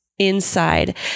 inside